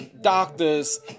doctor's